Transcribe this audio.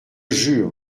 jure